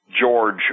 George